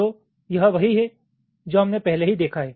तो यह वही है जो हमने पहले ही देखा है